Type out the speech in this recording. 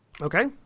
Okay